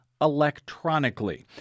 electronically